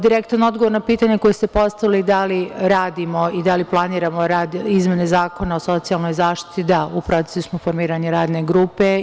Direktan odgovor na pitanje koje ste postavili, da li radimo i da li planiramo rad izmene Zakona o socijalnoj zaštiti – da, u procesu smo formiranja radne grupe.